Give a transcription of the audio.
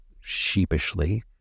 sheepishly